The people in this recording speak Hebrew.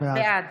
בעד